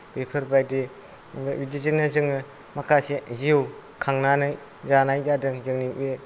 बेफोरबायदि ओमफ्राय बिदिजोंनो जोङो माखासे जिउ खांनानै जानाय जादों जोंनि बे